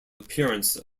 appearance